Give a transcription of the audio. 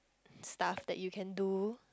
stuff that you can do